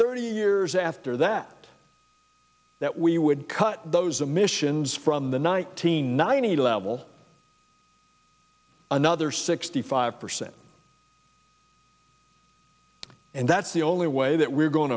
thirty years after that that we would cut those emissions from the nineteen ninety level another sixty five percent and that's the only way that we're going